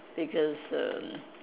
because err